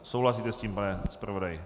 Souhlasíte s tím, pane zpravodaji?